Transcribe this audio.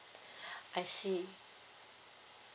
I see